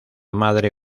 madre